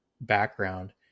background